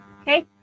okay